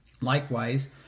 Likewise